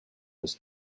was